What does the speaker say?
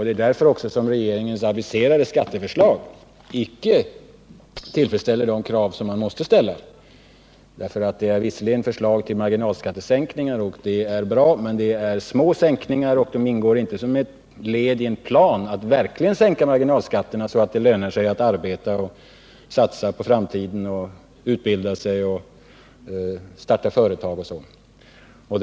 Det är också därför som regeringens aviserade skatteförslag icke tillfredsställer de krav som man måste ställa. De innehåller visserligen förslag till marginalskattesänkningar, och det är i och för sig bra, men det är små sänkningar, och de ingår inte som ett led i en plan att verkligen sänka marginalskatterna så att det lönar sig att arbeta, att satsa på framtiden, att utbilda sig, att starta företag osv.